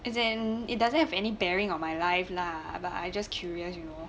as in it doesn't have any bearing on my life lah but I just curious you know